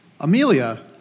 Amelia